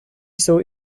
jsou